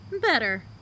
better